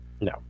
No